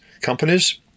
companies